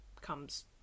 comes